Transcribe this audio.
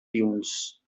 dunes